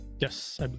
Yes